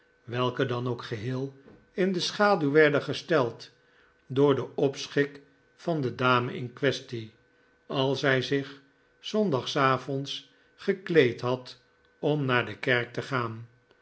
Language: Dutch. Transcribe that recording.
welke dan ook geheel in de schaduw werden gesteld door den opschik van de dame in quaestie als zij zich s zondagavonds gekleed had om naar de kerk te gaan